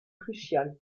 crucial